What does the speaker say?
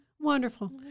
Wonderful